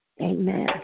Amen